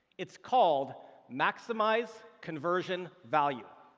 it's called maximize conversion value.